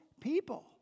people